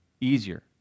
easier